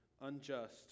unjust